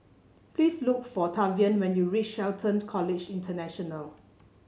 please look for Tavian when you reach Shelton College International